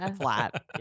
flat